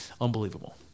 Unbelievable